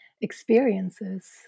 experiences